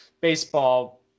baseball